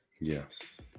yes